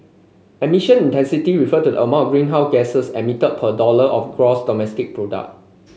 emission intensity refer to the amount of greenhouse gas's emitted per dollar of gross domestic product